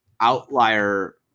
outlier